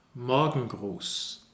Morgengruß